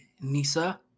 NISA